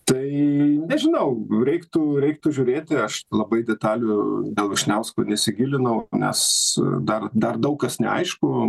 tai nežinau reiktų reiktų žiūrėti aš labai detalių dėl vyšniausko nesigilinau nes dar dar daug kas neaišku